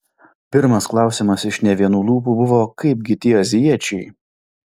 pirmas klausimas iš ne vienų lūpų buvo kaipgi tie azijiečiai